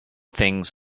things